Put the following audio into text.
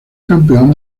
campeón